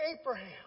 Abraham